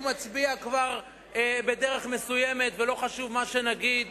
מצביע כבר בדרך מסוימת ולא חשוב מה שנגיד,